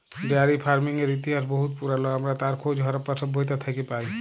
dairy ফারমিংয়ের ইতিহাস বহুত পুরাল আমরা তার খোঁজ হরপ্পা সভ্যতা থ্যাকে পায়